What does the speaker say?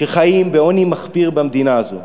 שחיים בעוני מחפיר במדינה הזאת.